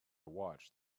watched